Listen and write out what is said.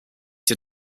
did